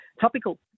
topical